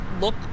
look